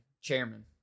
Chairman